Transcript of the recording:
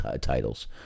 titles